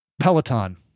Peloton